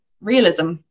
realism